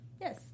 Yes